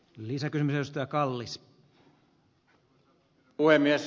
arvoisa herra puhemies